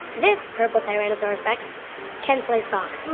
this purple tyrannosaurus rex can play soccer